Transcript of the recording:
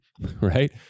right